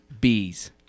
bees